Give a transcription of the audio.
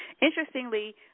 Interestingly